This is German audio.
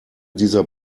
dieser